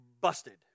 busted